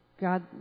God